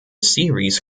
series